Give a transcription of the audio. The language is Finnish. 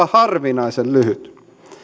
harvinaisen lyhyt